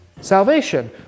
salvation